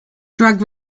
drug